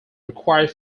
required